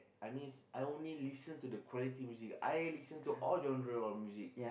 I mean I only listen to the quality music I listen to all genre of music